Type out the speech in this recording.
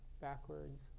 backwards